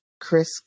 Chris